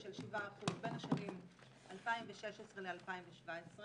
של 7% בין השנים 2016 ל-2017,